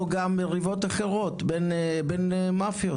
או גם מריבות אחרות בין מאפיות.